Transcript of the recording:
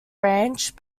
ranch